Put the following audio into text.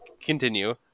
continue